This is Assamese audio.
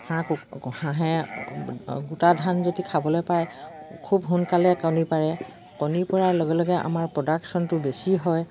হাঁহ ক হাঁহে গোটা ধান যদি খাবলে পায় খুব সোনকালে কণী পাৰে কণী পাৰ লগে লগে আমাৰ প্ৰডাকশচনটো বেছি হয়